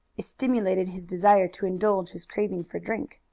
it stimulated his desire to indulge his craving for drink.